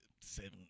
seven